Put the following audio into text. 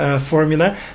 Formula